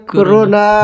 Corona